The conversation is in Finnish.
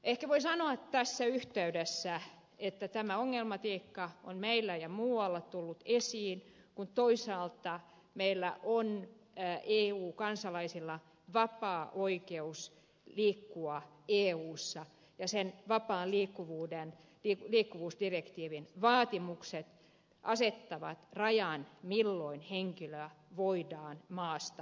ehkä voi sanoa tässä yhteydessä että tämä ongelmatiikka on meillä ja muualla tullut esiin kun toisaalta eu kansalaisilla on vapaa oikeus liikkua eussa ja sen vapaan liikkuvuusdirektiivin vaatimukset asettavat rajan milloin henkilö voidaan maasta poistaa